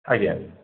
ଆଜ୍ଞା